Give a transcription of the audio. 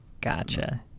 Gotcha